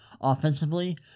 Offensively